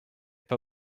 pas